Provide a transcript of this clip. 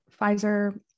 Pfizer